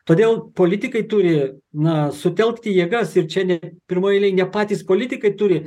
todėl politikai turi na sutelkti jėgas ir čia ne pirmoj eilėj ne patys politikai turi